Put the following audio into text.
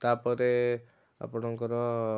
ତା'ପରେ ଆପଣଙ୍କର